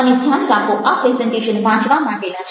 અને ધ્યાન રાખો આ પ્રેઝન્ટેશન વાંચવા માટેના છે